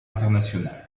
international